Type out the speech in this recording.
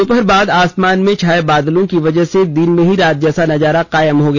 दोपहर बाद आसमान में छाए बादलों की वजह से दिन में ही रात जैसा नजारा कायम हो गया